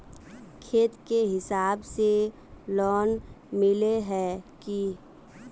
खेत के हिसाब से लोन मिले है की?